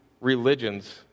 religions